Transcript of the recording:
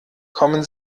kommen